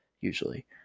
usually